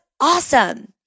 awesome